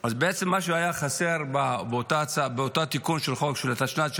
אז בעצם מה שהיה חסר באותו תיקון של החוק של התשנ"ד 1994,